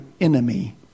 enemy